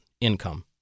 income